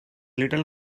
little